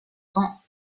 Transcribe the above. temps